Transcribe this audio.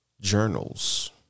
Journals